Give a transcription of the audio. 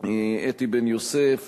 אתי בן-יוסף,